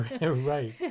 Right